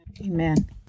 Amen